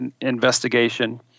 investigation